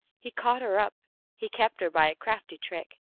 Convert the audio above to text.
he caught her up he kept her by a crafty trick.